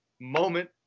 moment